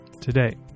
today